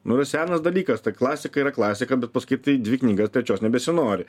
nu yra senas dalykas ta klasika yra klasika bet paskaitai dvi knygas trečios nebesinori